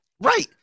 right